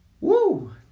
Woo